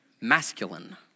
masculine